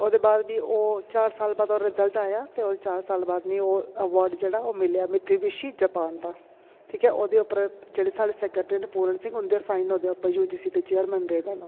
ते ओह्दे बाद बी ओह् चार साल बाद ओह्दा रिजल्ट आया ते ओह्दे चार साल बाद मीं ओह् अवार्ड जेह्ड़ा ओह् मिलेआ मिथिविशि जापान दा ठीक ऐ ओह्दे उप्पर जेह्ड़े साढ़े जेह्ड़े सेक्रेटरी न पूर्ण सिंह उं'दे साइन होये दे ओह् यू जी सी दे चेयरमैन रेह दे न ओह्